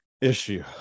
issue